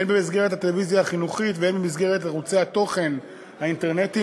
הן במסגרת הטלוויזיה החינוכית והן במסגרת ערוצי התוכן האינטרנטיים.